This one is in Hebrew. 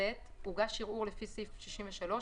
(ב) הוגש ערעור לפי סעיף 63,